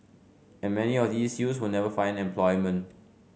and many of these youth will never find employment